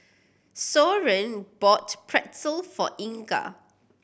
Soren bought Pretzel for Inga